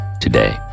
today